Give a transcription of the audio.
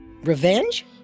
Revenge